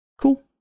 Cool